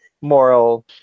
moral